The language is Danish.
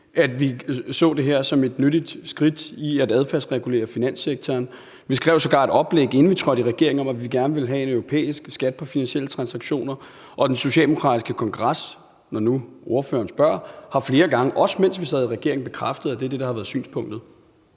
at vi så det her som et nyttigt skridt i at adfærdsregulere finanssektoren. Vi skrev sågar et oplæg, inden vi trådte i regering, om, at vi gerne ville have en europæisk skat på finansielle transaktioner, og den socialdemokratiske kongres har, når nu ordføreren spørger, flere gange, også mens vi sad i regering, bekræftet, at det er det, der har været synspunktet